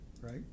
right